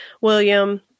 William